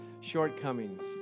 shortcomings